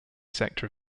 sector